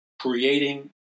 Creating